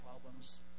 problems